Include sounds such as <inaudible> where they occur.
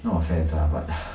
no offence lah but <noise>